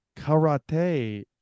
karate